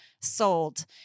sold